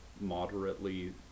moderately